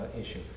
issue